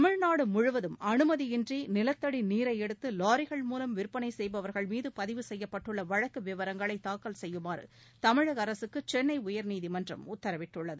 தமிழ்நாடு முழுவதும் அனைத்து மாவட்டங்களிலும் அனுமதியின்றி நிலத்தடி நீரை எடுத்து லாரிகள் மூலம் விற்பனை செய்பவர்கள் மீது பதிவு செய்யப்பட்டுள்ள வழக்கு விவரங்களை தாக்கல் செய்யுமாறு தமிழக அரசுக்கு சென்னை உயர்நீதிமன்றம் உத்தரவிட்டுள்ளது